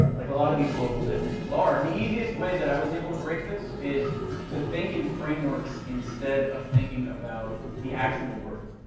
like a lot of these local businesses are, and the easiest way that i was able to break this is to think in frameworks instead of thinking about the actual words.